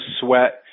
sweat